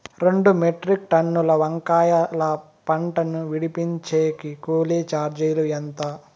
రెండు మెట్రిక్ టన్నుల వంకాయల పంట ను విడిపించేకి కూలీ చార్జీలు ఎంత?